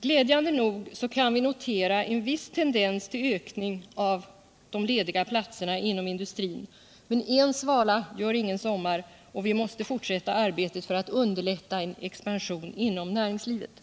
Glädjande nog kan vi notera en viss tendens till ökning av de lediga platserna inom industrin. Men en svala gör ingen sommar, och vi måste fortsätta arbetet för att underlätta en expansion inom näringslivet.